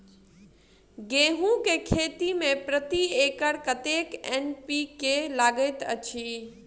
गेंहूँ केँ खेती मे प्रति एकड़ कतेक एन.पी.के लागैत अछि?